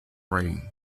reign